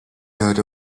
heard